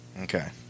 Okay